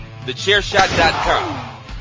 TheChairShot.com